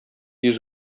йөз